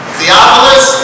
Theophilus